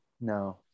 No